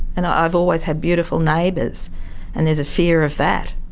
and i've always had beautiful neighbours and there's a fear of that.